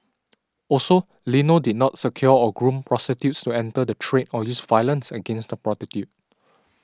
also Lino did not secure or groom prostitutes to enter the trade or use violence against the prostitutes